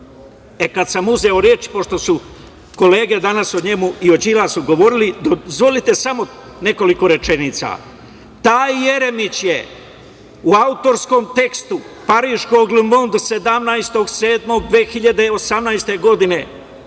sam uzeo reč, pošto su kolege danas o njemu i o Đilasu govorile, dozvolite samo nekoliko rečenica. Taj Jeremić je u autorskom tekstu pariskog "Li Monda", 17. 7. 2018. godine,